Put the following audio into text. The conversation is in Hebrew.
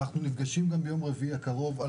אנחנו נפגשים ביום רביעי הקרוב על